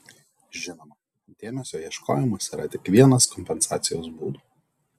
žinoma dėmesio ieškojimas yra tik vienas kompensacijos būdų